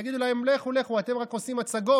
יגידו להם: לכו, לכו, אתם רק עושים הצגות.